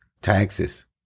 taxes